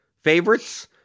favorites